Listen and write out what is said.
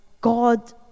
God